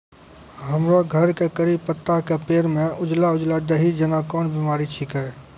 हमरो घर के कढ़ी पत्ता के पेड़ म उजला उजला दही जेना कोन बिमारी छेकै?